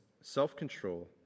self-control